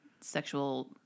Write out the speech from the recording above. sexual